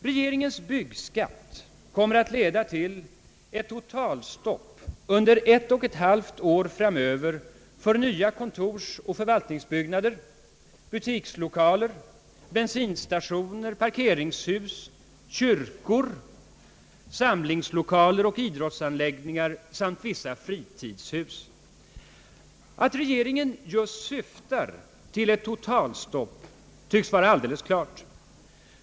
Regeringens byggskatt kommer att leda till ett totalstopp under ett och ett halvt år framöver för nya kontorsoch förvaltningsbyggnader, butikslokaler, bensinstationer, parkeringshus, kyrkor, samlingslokaler och idrottsanläggningar samt vissa fritidshus. Att regeringen syftar till ett totalstopp tycks vara alldeles klart.